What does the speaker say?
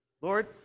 Lord